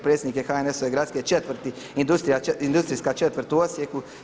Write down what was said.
Predsjednik je HNS-ove gradske četvrti Industrijska četvrt u Osijeku.